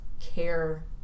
care